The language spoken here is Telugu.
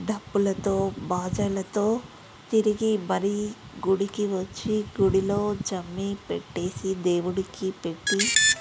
డప్పులతో బాజాలతో తిరిగి పరి గుడికి వచ్చి గుడిలో జమ్మి పెట్టేసి దేవుడికి పెట్టి